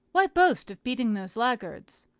why boast of beating those laggards?